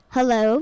Hello